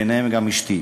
ביניהם גם אשתי.